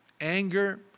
Anger